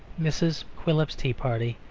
mrs. quilp's tea-party,